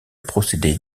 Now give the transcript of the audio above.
procédé